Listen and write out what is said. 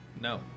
No